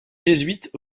jésuites